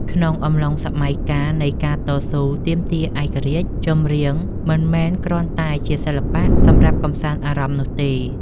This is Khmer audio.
ក្នុងអំឡុងសម័យកាលនៃការតស៊ូទាមទារឯករាជ្យ ចម្រៀងមិនមែនគ្រាន់តែជាសិល្បៈសម្រាប់កម្សាន្តអារម្មណ៍នោះទេ។